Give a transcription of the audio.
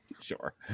Sure